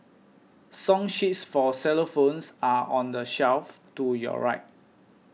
song sheets for xylophones are on the shelf to your right